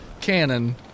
cannon